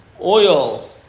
oil